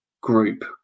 group